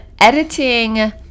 editing